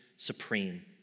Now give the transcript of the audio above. Supreme